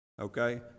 Okay